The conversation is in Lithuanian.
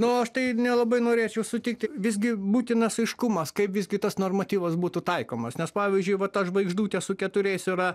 na aš tai nelabai norėčiau sutikti visgi būtinas aiškumas kaip visgi tas normatyvas būtų taikomas nes pavyzdžiui va ta žvaigždutė su keturiais yra